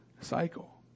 cycle